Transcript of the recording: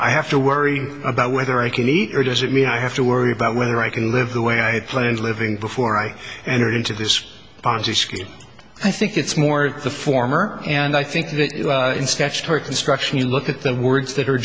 i have to worry about whether i can eat or does it mean i have to worry about whether i can live the way i had planned living before i entered into this ponzi scheme i think it's more the former and i think that in statutory construction you look at the words that are